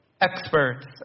experts